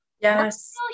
Yes